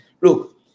look